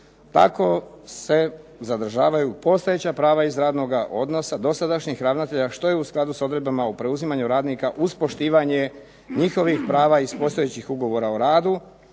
Tako se zadržavaju postojeća prava iz radnoga odnosa dosadašnjih ravnatelja, što je u skladu s odredbama o preuzimanju radnika uz poštivanje njihovih prava iz postojećih ugovora o radu,